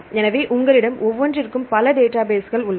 எனவே உங்களிடம் ஒவ்வொன்றிற்கும் பல டேட்டாபேஸ்கள் உள்ளன